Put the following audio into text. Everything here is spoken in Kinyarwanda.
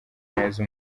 neza